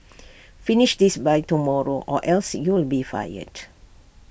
finish this by tomorrow or else you'll be fired